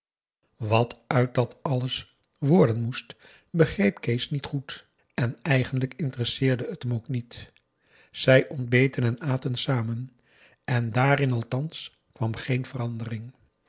wat uit dat alles worden moest begreep kees niet goed en eigenlijk interresseerde het hem ook niet zij ontbeten en aten samen en daarin althans kwam geen verandering